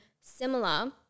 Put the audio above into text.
similar